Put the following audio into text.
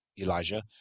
Elijah